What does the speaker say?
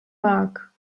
mag